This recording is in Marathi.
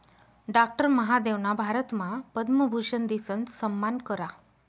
डाक्टर महादेवना भारतमा पद्मभूषन दिसन सम्मान करा